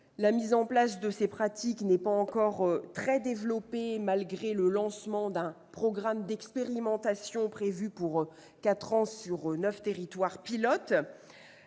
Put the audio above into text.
La mise en place de cette pratique n'est pas encore très développée, malgré le lancement d'un programme d'expérimentations prévu pour quatre ans sur neuf territoires pilotes.